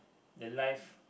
the life